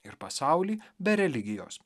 ir pasaulį be religijos